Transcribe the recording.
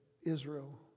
Israel